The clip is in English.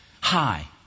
Hi